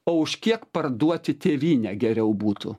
o už kiek parduoti tėvynę geriau būtų